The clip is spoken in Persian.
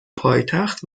پایتخت